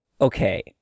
Okay